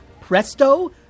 Presto